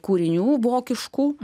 kūrinių vokiškų